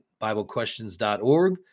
biblequestions.org